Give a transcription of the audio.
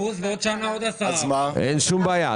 10% ובעוד שנה עוד 10%. אין שום בעיה,